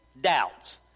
doubts